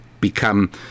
become